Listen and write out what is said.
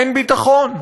אין ביטחון,